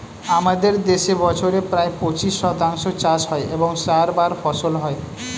আমাদের দেশে বছরে প্রায় পঁচিশ শতাংশ চাষ হয় এবং চারবার ফসল হয়